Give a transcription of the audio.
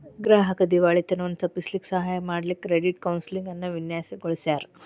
ಗ್ರಾಹಕ್ರ್ ದಿವಾಳಿತನವನ್ನ ತಪ್ಪಿಸ್ಲಿಕ್ಕೆ ಸಹಾಯ ಮಾಡ್ಲಿಕ್ಕೆ ಕ್ರೆಡಿಟ್ ಕೌನ್ಸೆಲಿಂಗ್ ಅನ್ನ ವಿನ್ಯಾಸಗೊಳಿಸ್ಯಾರ್